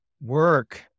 Work